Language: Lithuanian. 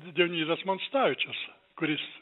dionizas monstavičius kuris